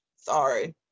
Sorry